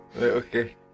okay